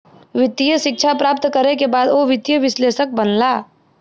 वित्तीय शिक्षा प्राप्त करै के बाद ओ वित्तीय विश्लेषक बनला